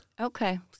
Okay